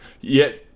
Yes